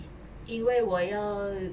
因为我要